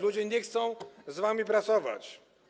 Ludzie nie chcą z wami pracować.